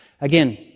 again